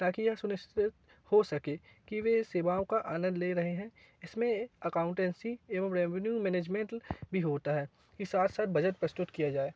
ताकि यह सुनिश्चित हो सके कि वे सेवाओं का आनंद ले रहे हैं इसमें अकौंटेन्सी एवं रेभेन्यु मैनेजमेंट भी होता है इस साथ साथ बजट प्रस्तुत किया जाए